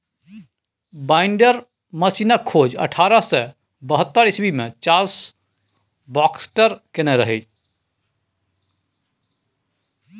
binder मशीनक खोज अठारह सय बहत्तर इस्बी मे चार्ल्स बाक्सटर केने रहय